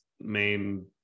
main